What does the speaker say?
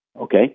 okay